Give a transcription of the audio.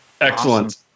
Excellent